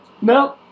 no